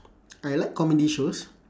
I like comedy shows